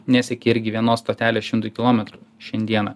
nesiekia irgi vienos stotelės šimtui kilometrų šiandieną